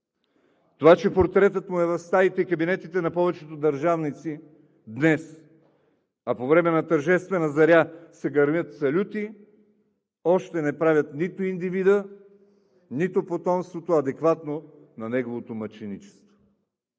Това, че портретът му е в стаите и кабинетите на повечето държавници днес, а по време на тържествена заря се гърмят салюти, още не прави нито индивида, нито потомството адекватно на неговото мъченичество.